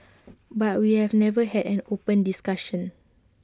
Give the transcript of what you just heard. but we have never had an open discussion